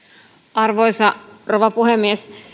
arvoisa rouva puhemies